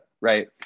right